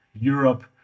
Europe